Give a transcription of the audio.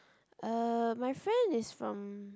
uh my friend is from